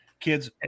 kids